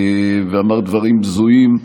ואמר דברים בזויים,